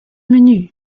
menü